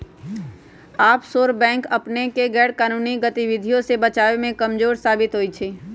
offshore bank अपनेके गैरकानूनी गतिविधियों से बचाबे में कमजोर साबित होइ छइ